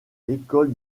l’école